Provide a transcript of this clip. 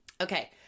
Okay